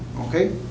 Okay